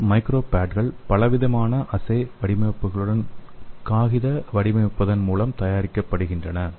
இந்த மைக்ரோ பேட்கள் பலவிதமான அஸ்ஸே வடிவமைப்புகளுடன் காகித வடிவமைப்பதன் மூலம் தயாரிக்கப்படுகின்றன